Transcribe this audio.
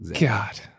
God